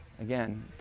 Again